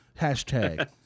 Hashtag